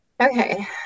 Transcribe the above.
okay